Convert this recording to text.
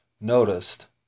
noticed